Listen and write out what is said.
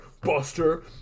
Buster